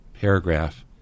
paragraph